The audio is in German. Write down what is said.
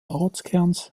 ortskerns